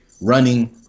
running